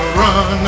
run